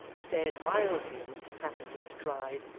stared wildly at mr tappertit, cried,